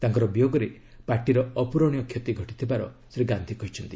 ତାଙ୍କର ବିୟୋଗରେ ପାର୍ଟିର ଅପୂରଣୀୟ କ୍ଷତି ଘଟିଥିବାର ଶ୍ରୀ ଗାନ୍ଧୀ କହିଛନ୍ତି